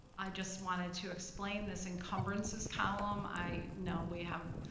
i just wanted to explain this encumbrances column. i know we have